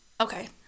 Okay